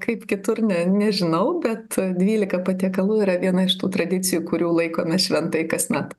kaip kitur ne nežinau bet dvylika patiekalų yra viena iš tų tradicijų kurių laikomės šventai kasmet